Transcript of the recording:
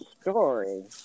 story